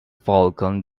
falcon